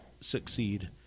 succeed